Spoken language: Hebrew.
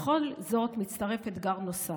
לכל זאת מצטרף אתגר נוסף: